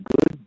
good